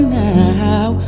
now